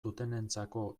dutenentzako